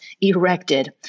erected